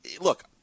Look